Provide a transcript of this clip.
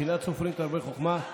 קנאת סופרים תרבה חכמה.